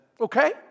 Okay